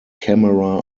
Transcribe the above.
camera